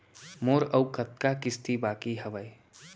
मोर अऊ कतका किसती बाकी हवय?